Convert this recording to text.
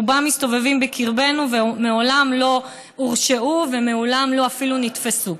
רובם מסתובבים בקרבנו ומעולם לא הורשעו ומעולם אפילו לא נתפסו.